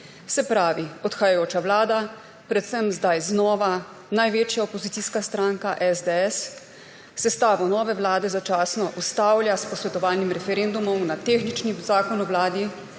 Se pravi, odhajajoča vlada, predvsem zdaj znova največja opozicijska stranka SDS sestavo nove vlade začasno ustavlja s posvetovalnim referendumom na tehnični Zakon o Vladi.